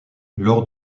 lors